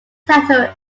title